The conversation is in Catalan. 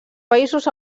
països